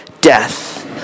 death